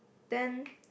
then